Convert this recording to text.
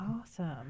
Awesome